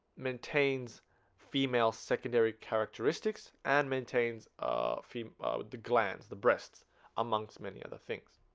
maintains female secondary characteristics and maintains a female the glands the breasts amongst many other things